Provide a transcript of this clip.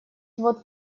вот